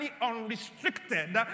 unrestricted